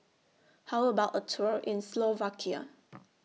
How about A Tour in Slovakia